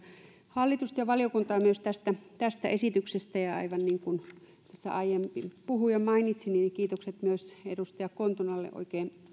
hallitusta ja valiokuntaa myös tästä tästä esityksestä ja aivan niin kuin tässä aiempi puhuja mainitsi niin kiitokset myös edustaja kontulalle oikein